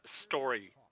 story